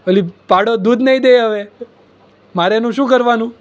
ઓલી પાડો દૂધ નહીં દે હવે મારે એનું શું કરવાનું